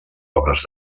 obres